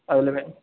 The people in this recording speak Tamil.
அதுலயுமே